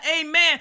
Amen